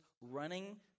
running